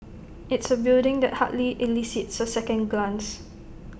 it's A building that hardly elicits A second glance